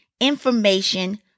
information